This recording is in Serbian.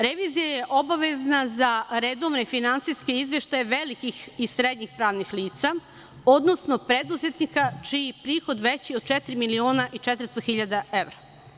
Revizija je obavezna za redovne finansijske izveštaje velikih i srednjih pravnih lica, odnosno preduzetnika, čiji je prihod veći od 4.400.000 evra.